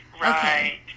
Right